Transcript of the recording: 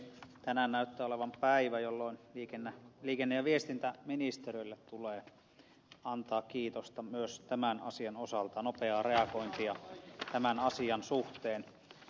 tänään näyttää olevan päivä jolloin liikenne ja viestintäministeriölle tulee antaa kiitosta myös tämän asian osalta nopeasta reagoinnista tämän asian suhteen